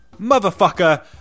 Motherfucker